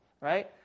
Right